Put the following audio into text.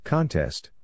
Contest